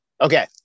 Okay